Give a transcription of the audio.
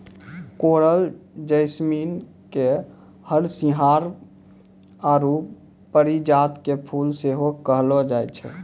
coral jasmine के हरसिंहार आरु परिजात के फुल सेहो कहलो जाय छै